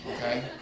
okay